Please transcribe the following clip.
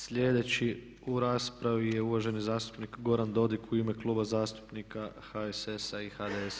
Sljedeći u raspravi je uvaženi zastupnik Goran Dodig u ime Kluba zastupnika HSS-a i HDS-a.